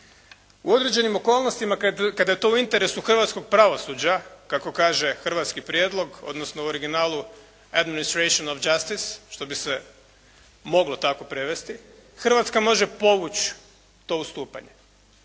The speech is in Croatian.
U određenim okolnostima kada je to u interesu hrvatskog pravosuđa, kako kaže hrvatski prijedlog odnosno u originalu «Administration of Justice» što bi se moglo tako prevesti Hrvatska može povući to ustupanje.